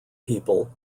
people